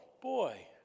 boy